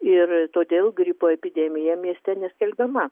ir todėl gripo epidemija mieste neskelbiama